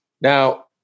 Now